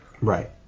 Right